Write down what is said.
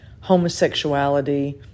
homosexuality